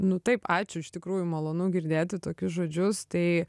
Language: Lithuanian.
nu taip ačiū iš tikrųjų malonu girdėti tokius žodžius tai